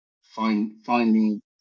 finding